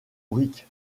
briques